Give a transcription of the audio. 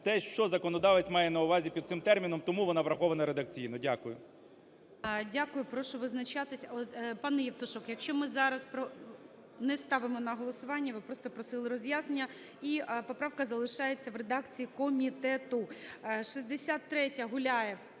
те, що законодавець має на увазі під цим терміном, тому вона врахована редакційно. Дякую. ГОЛОВУЮЧИЙ. Дякую. Прошу визначатися. Пане Євтушок, якщо ми зараз… Не ставимо на голосування, ви просто просили роз'яснення, і поправка залишається в редакції комітету. 63-я, Гуляєв.